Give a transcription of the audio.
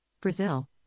Brazil